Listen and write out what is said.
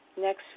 next